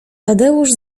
tadeusz